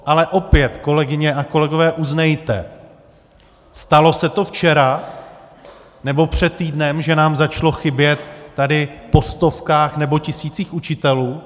Ale opět, kolegyně, kolegové, uznejte stalo se to včera nebo před týdnem, že nám začalo chybět tady po stovkách nebo tisících učitelů?